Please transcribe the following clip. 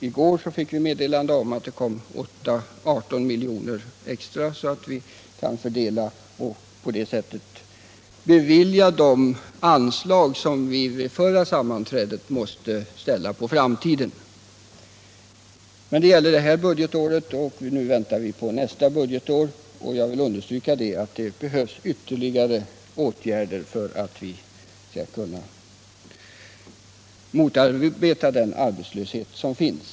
I går fick vi meddelande om att det kommer 18 milj.kr. extra, som vi kan fördela och på det sättet bevilja de anslag som vi vid förra sammanträdet måste ställa på framtiden. Men det gäller detta budgetår, och nu väntar vi på nästa budgetår. Jag vill understryka att det behövs ytterligare åtgärder för att vi skall kunna motarbeta den arbetslöshet som finns.